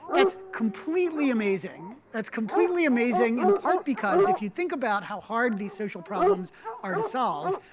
that's completely amazing. that's completely amazing in part because, if you think about how hard these social problems are to solve,